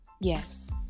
Yes